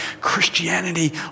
Christianity